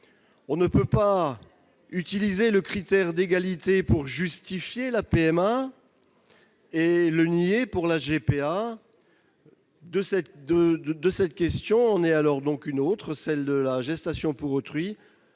On ne peut utiliser le critère d'égalité pour justifier la PMA et le nier pour la GPA. De cette question en naît alors une autre : celle de la gestation pour autrui,